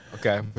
Okay